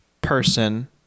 person